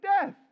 death